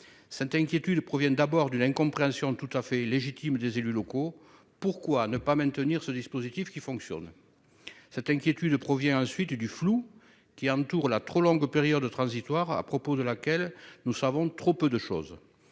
Cette inquiétude provient d'abord d'une incompréhension tout à fait légitime des élus locaux : pourquoi ne pas maintenir ce dispositif qui fonctionne ? Cette inquiétude provient, ensuite, du flou qui entoure la trop longue période transitoire à propos de laquelle nous savons trop peu de choses.